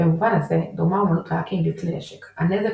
במובן הזה דומה אומנות ההאקינג לכלי נשק - הנזק